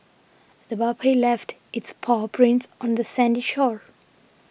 the puppy left its paw prints on the sandy shore